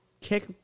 kick